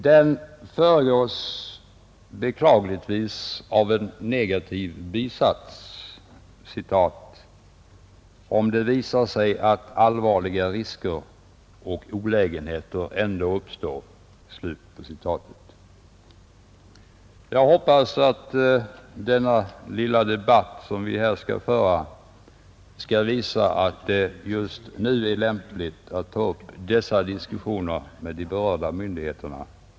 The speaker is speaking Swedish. Den föregås beklagligtvis av en negativ bisats: ”Om det visar sig att allvarliga risker och olägenheter ändå uppstår.” Jag hoppas att den lilla debatt som vi här skall föra kommer att visa att det just nu är lämpligt att ta upp dessa diskussioner med de berörda myndigheterna.